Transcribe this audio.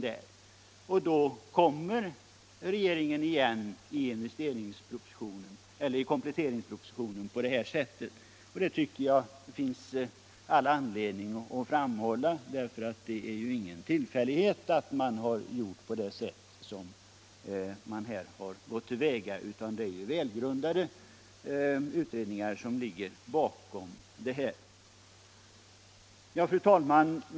Då lägger regeringen förslaget i denna kompletteringsproposition, vilket jag tycker det finns anledning att framhålla. Tillvägagångssättet är ingen tillfällighet, utan välgrundade utredningar ligger bakom. Fru talman!